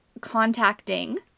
contacting